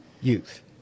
Youth